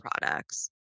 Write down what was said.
products